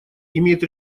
имеет